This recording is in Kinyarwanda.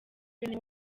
bene